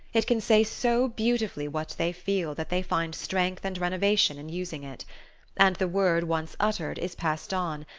it can say so beautifully what they feel that they find strength and renovation in using it and the word once uttered is passed on,